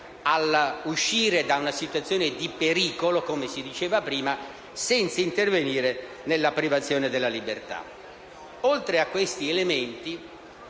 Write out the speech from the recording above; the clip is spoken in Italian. di uscire da una situazione di pericolo, come si diceva prima, senza intervenire sulla privazione della libertà.